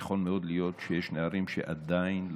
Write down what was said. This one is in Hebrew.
יכול מאוד להיות שיש נערים שעדיין לא,